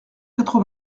quatre